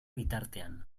bitartean